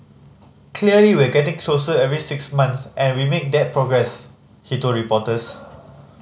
clearly we getting closer every six month and we make that progress he told reporters